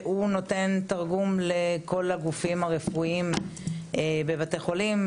שנותן תרגום לכל הגופים הרפואיים בבתי חולים,